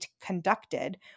conducted